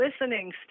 listening